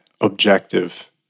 objective